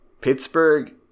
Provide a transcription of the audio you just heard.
Pittsburgh